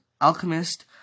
Alchemist